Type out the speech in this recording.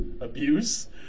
abuse